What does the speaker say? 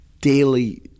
daily